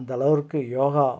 அந்தளவிற்கு yoga